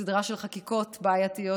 בסדרה של חקיקות בעייתיות,